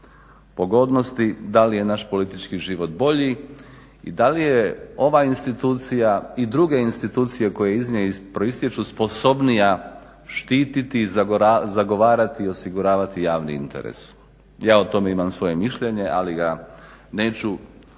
pogodnosti, da li je naš politički život bolji i da li je ova institucija i druge institucije koje iz nje proistječu sposobnija štititi i zagovarati i osiguravati javni interes. Ja o tome imam svoje mišljenje ali ga neću